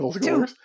two